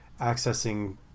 accessing